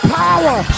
power